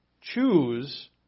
choose